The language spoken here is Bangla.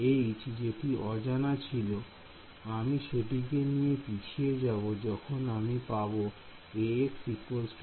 H জেটি অজানা ছিল আমি সেটিকে নিয়ে পিছিয়ে যাব যখন আমি পাব Ax b